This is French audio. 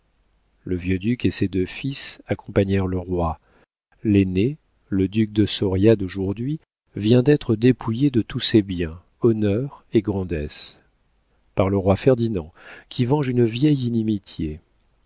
le vieux duc et ses deux fils accompagnèrent le roi l'aîné le duc de soria d'aujourd'hui vient d'être dépouillé de tous ses biens honneur et grandesses par le roi ferdinand qui venge une vieille inimitié